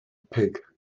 pig